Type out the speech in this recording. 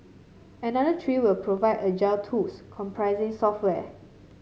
another three will provide agile tools comprising software